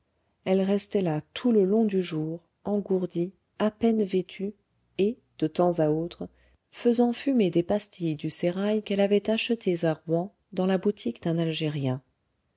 elle restait là tout le long du jour engourdie à peine vêtue et de temps à autre faisant fumer des pastilles du sérail qu'elle avait achetées à rouen dans la boutique d'un algérien